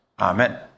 Amen